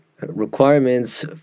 requirements